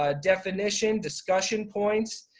ah definitions, discussion points.